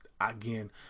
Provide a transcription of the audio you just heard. again